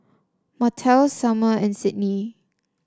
Martell Sumner and Sydney